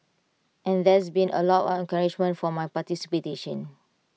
and there's been A lot of encouragement for my participation